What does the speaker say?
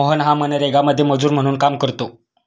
मोहन हा मनरेगामध्ये मजूर म्हणून काम करतो